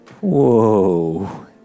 Whoa